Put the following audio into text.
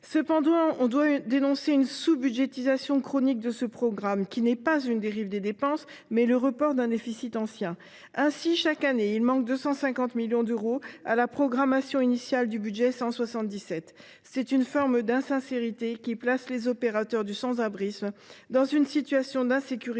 cependant dénoncer une sous budgétisation chronique de ce programme, qui ne correspond non pas à une dérive des dépenses, mais au report d’un déficit ancien. Ainsi, chaque année, il manque 250 millions d’euros à la programmation initiale du budget 177. C’est une forme d’insincérité, qui place les opérateurs du sans abrisme dans une situation d’insécurité